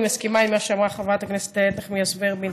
אני מסכימה עם מה שאמרה חברת הכנסת איילת נחמיאס ורבין.